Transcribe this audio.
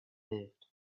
lived